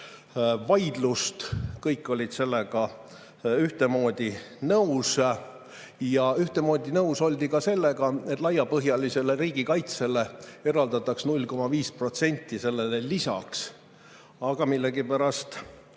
vaidlust, kõik olid sellega ühtemoodi nõus. Samamoodi nõus oldi sellega, et laiapõhjalisele riigikaitsele eraldatakse 0,5% sellele lisaks. Aga millegipärast